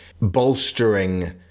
bolstering